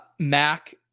mac